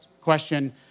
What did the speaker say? question